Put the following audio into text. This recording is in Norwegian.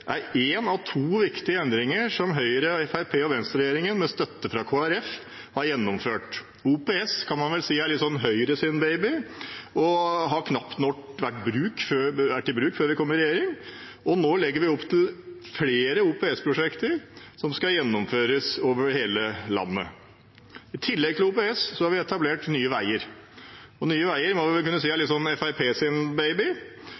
er én av to viktige endringer som Høyre–Fremskrittsparti–Venstre-regjeringen, med støtte fra Kristelig Folkeparti, har gjennomført. OPS kan man vel si er Høyres «baby» og har knapt nok vært i bruk før vi kom i regjering. Nå legger vi opp til flere OPS-prosjekter som skal gjennomføres over hele landet. I tillegg til OPS har vi etablert Nye Veier, som vi må kunne si er Fremskrittspartiets «baby». Nye Veier